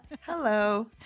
Hello